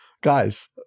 guys